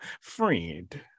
friend